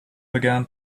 began